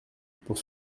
pour